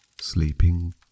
sleeping